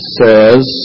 says